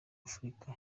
afurika